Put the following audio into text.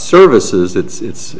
services that it's